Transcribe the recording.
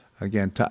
Again